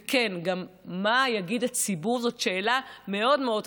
וכן, גם מה יגיד הציבור זאת שאלה מאוד מאוד חשובה.